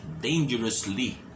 dangerously